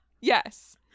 Yes